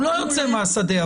הוא לא יוצא מהשדה.